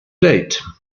date